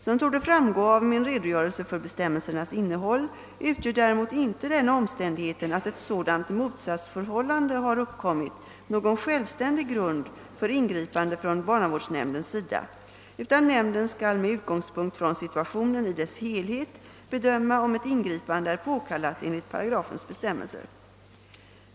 Som torde framgå av min redogörelse för bestämmelsernas innehåll utgör däremot inte den omständigheten att ett sådant motsatsförhållande har uppkommit någon självständig grund för ingripande från barnavårdsnämndens sida, utan nämnden skall med utgångspunkt i situationen i dess helhet bedöma om ett ingripande är påkallat enligt paragrafens bestämmelser.